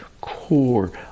core